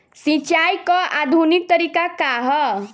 सिंचाई क आधुनिक तरीका का ह?